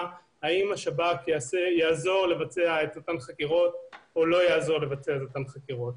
האם השב"כ יעזור או לא יעזור לבצע את אותן חקירות.